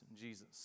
Jesus